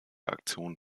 aktion